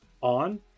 on